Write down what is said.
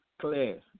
clear